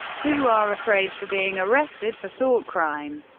who are afraid for being arrested for thoughtcrime,